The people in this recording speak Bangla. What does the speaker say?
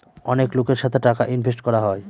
অনেক লোকের সাথে টাকা ইনভেস্ট করা হয়